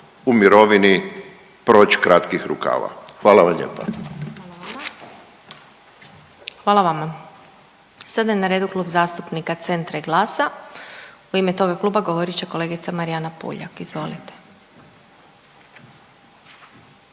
u mirovini proć kratkih rukava. Hvala vam lijepa. **Glasovac, Sabina (SDP)** Hvala vama. Sada je na redu Klub zastupnika Centra i GLAS-a, u ime toga kluba govorit će kolegica Marijana Puljak, izvolite.